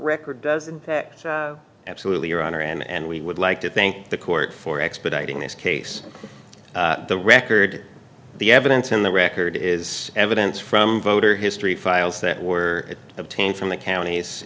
record doesn't absolutely your honor and we would like to thank the court for expediting this case the record the evidence in the record is evidence from voter history files that were obtained from the counties